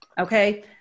okay